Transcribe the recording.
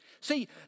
See